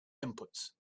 inputs